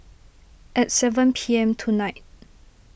at seven P M tonight